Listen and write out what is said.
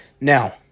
Now